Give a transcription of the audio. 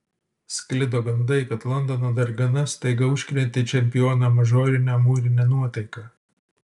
sklido gandai kad londono dargana staiga užkrėtė čempioną mažorine amūrine nuotaika